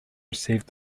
received